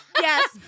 yes